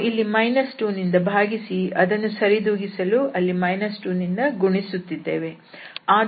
ನಾವು ಇಲ್ಲಿ 2 ನಿಂದ ಭಾಗಿಸಿ ಅದನ್ನು ಸರಿದೂಗಿಸಲು ಅಲ್ಲಿ 2 ನಿಂದ ಗುಣಿಸುತ್ತಿದ್ದೇವೆ